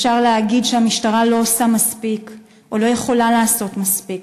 אפשר להגיד שהמשטרה לא עושה מספיק או לא יכולה לעשות מספיק,